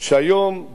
שהיום,